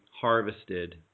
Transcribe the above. harvested